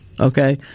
Okay